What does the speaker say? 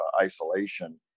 isolation